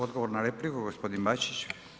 Odgovor na repliku gospodin Bačić.